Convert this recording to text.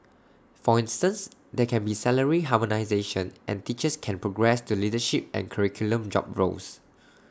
for instance there can be salary harmonisation and teachers can progress to leadership and curriculum job roles